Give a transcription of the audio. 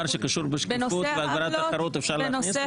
שקשור בשקיפות בוועדות אחרות אפשר להכניס?